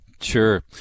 Sure